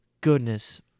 Goodness